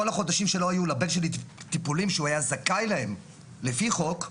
כל החודשים שלא היו לבן שלי טיפולים שהוא היה זכאי להם לפי חוק,